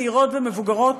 צעירות ומבוגרות,